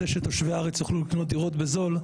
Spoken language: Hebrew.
שתושבי הארץ יוכלו לקנות דירות בזול,